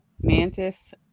mantis